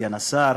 סגן השר,